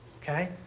okay